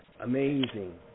amazing